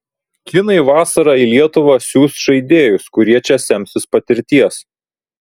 kinai vasarą į lietuvą siųs žaidėjus kurie čia semsis patirties